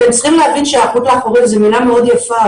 אתם צריכים להבין שהיערכות לחורף זו מילה מאוד יפה,